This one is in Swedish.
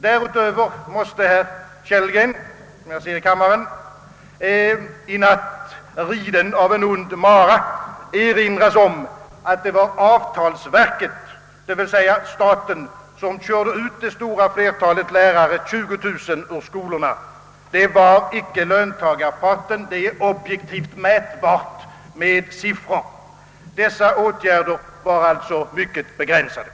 Därutöver måste herr Kellgren, som jag ser i kammaren, i natt riden av en ond mara, erinras om att det var avtalsverket, d.v.s. staten, som körde ut det stora flertalet lärare, 20 000, ur skolorna. Det var inte löntagarparten — det är objektivt mätbart med siffror — utan dess åtgärder var mycket begränsade.